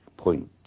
point